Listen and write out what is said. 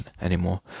anymore